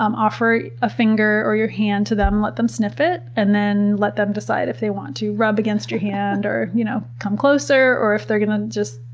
um offer a finger or your hand to them, let them sniff it, and then let them decide if they want to rub against your hand, or you know come closer, or if they're gonna just,